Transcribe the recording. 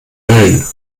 mölln